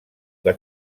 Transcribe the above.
que